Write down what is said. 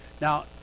Now